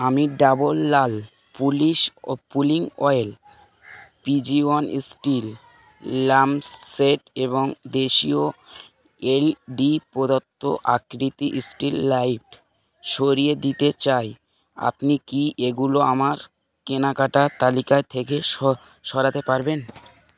আমি ডাবল লাল পুলিশ পুলিং অয়েল পিজিওয়ান ই্টিল লামসেট এবং দেশিও এলডি প্রদত্ত আকৃতি ই্টিল লাইফ সরিয়ে দিতে চাই আপনি কি এগুলো আমার কেনাকাটার তালিকায় থেকে সরাতে পারবেন